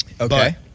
Okay